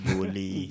Bully